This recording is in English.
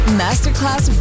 masterclass